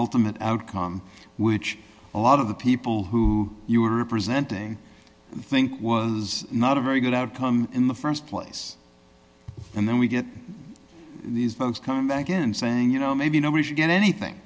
ultimate outcome which a lot of the people who you were representing think was not a very good outcome in the st place and then we get these folks come back again saying you know maybe nobody should get anything